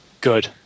Good